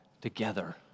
together